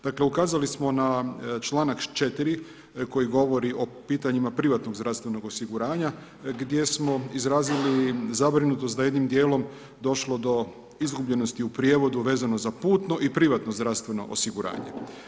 Dakle, ukazali smo na čl. 4. koji govori o pitanjima privatnim zdravstvenog osiguranja, gdje smo izrazili zabrinutost, da jednim dijelom došlo do izgubljenosti u prijevodu vezano za putnu i privatno zdravstveno osiguranje.